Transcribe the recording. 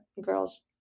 girls